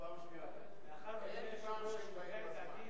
אבל הכלל אצלו היה שהוא מגיע בזמן.